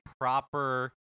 proper